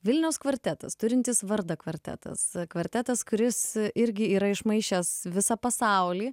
vilniaus kvartetas turintis vardą kvartetas kvartetas kuris irgi yra išmaišęs visą pasaulį